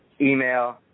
email